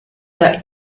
the